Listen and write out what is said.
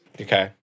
Okay